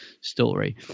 story